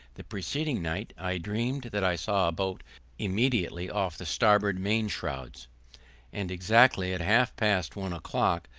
the preceding night i dreamed that i saw a boat immediately off the starboard main shrouds and exactly at half past one o'clock,